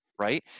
Right